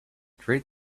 treat